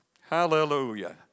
Hallelujah